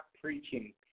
preaching